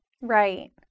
Right